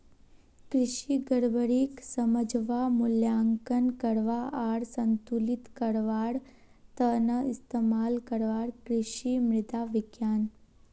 कृषि गड़बड़ीक समझवा, मूल्यांकन करवा आर संतुलित करवार त न इस्तमाल करवार कृषि मृदा विज्ञान